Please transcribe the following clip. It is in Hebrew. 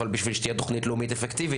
אבל בשביל שתהיה תוכנית לאומית אפקטיבית,